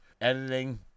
editing